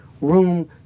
room